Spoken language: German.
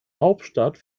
hauptstadt